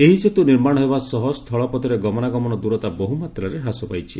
ଏହି ସେତୁ ନିର୍ମାଣ ହେବା ସହ ସ୍ଥଳପଥରେ ଗମନାଗମନ ଦୂରତା ବହୁମାତ୍ରାରେ ହ୍ରାସ ପାଇଛି